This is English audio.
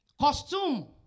costume